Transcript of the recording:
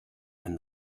and